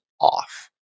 off